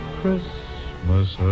Christmas